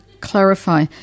clarify